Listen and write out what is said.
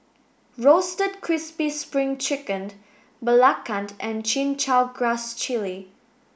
roasted crispy spring chicken Belacan and Chin Chow Grass Jelly